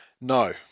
No